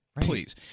please